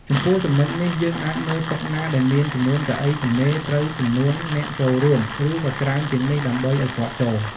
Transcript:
ចំពោះចំណុចនេះ យើងអាចមើលតុណាដែលមានចំនួនកៅអីទំនេរត្រូវចំនួនអ្នកចូលរួម ឬក៏ច្រើនជាងនេះ ដើម្បីឲ្យគាត់ចូល។